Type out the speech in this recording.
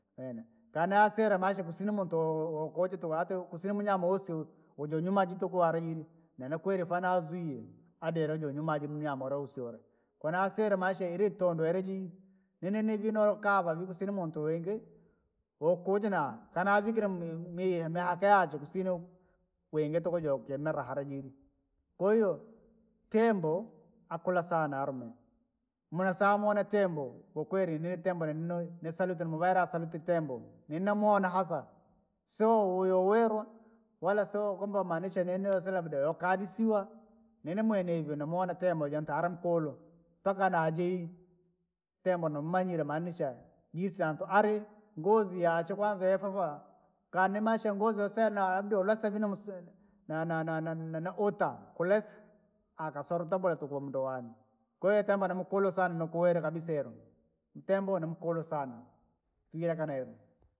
Kana yasire amaisha ukusina muntu! Woukuja tubhati, kusina umunyama usu- ujunywa maji tuku alemi, na nakweli afana avuie, adi arejwa numaji munyama ulausiole, konasile maisha ilitonga ileji. Jinini vinoka wavikusina umuntu wivi! Wokujina kanavikire mi- mi- miena kaya tukusina kwingi tukujo kinalahala ji. Kwahiyo, tembo akula sana arume, mwesama muona tembo, kwakweli ni tembo ni salute muvala saluti tembo, ninamwona hasa, sio huyo wera. Wala sio kwamba maanisha nene usilabda youkadisiwa, ninimwene ivo namwona tembo janta nkuulu, mpana najii. Tembo nummanyira maanisha jisankoali nozi yachwe kwanza yasofaa, kane maisha ngozi yasana labda lasana vina msa- na- na- naota, kulasi akasolo tabora tuku munduwane. Kwahiyo tembo namukulu sana nukuele kabisa yira, tembo nimkulu sana iyekanele.